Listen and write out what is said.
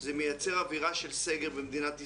זה מייצר אווירה של סגר במדינת ישראל.